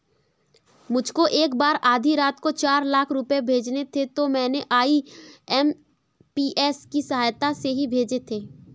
मुझको एक बार आधी रात को चार लाख रुपए भेजने थे तो मैंने आई.एम.पी.एस की सहायता से ही भेजे थे